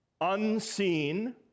unseen